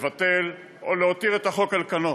לבטל או להותיר את החוק על כנו.